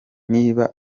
niba